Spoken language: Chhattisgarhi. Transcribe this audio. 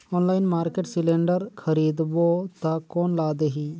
ऑनलाइन मार्केट सिलेंडर खरीदबो ता कोन ला देही?